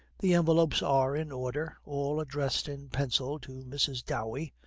the envelopes are in order, all addressed in pencil to mrs. dowey,